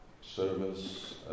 service